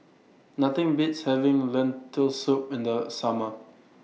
Nothing Beats having Lentil Soup in The Summer